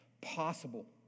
possible